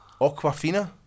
Aquafina